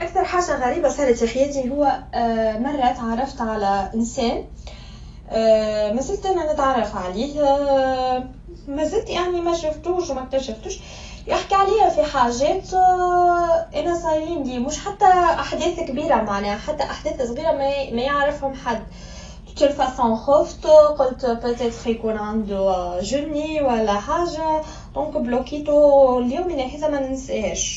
أكثر شيء غريب حصل لي كان لما مشيت في رحلة مع الأصدقاء. خلال الطريق، لقينا قطة تتبعنا. الغريب أنها كانت تتبعنا لأكثر من ساعة، وكأنها تحبنا. قررنا نأخذها معنا، وصارت جزء من رحلتنا. في الآخر، رجعناها لمكانها، لكن كانت تجربة مريحة وغريبة في نفس الوقت.